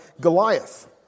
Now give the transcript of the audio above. Goliath